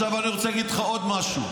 תקשיב, עכשיו אני רוצה להגיד לך עוד משהו.